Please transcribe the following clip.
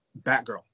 Batgirl